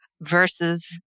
versus